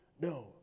No